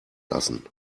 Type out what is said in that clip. lassen